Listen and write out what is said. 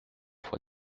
fois